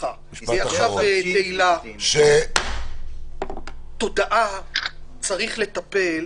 לתהלה שבתודעה צריך לטפל,